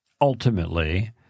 ultimately